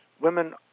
Women